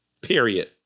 Period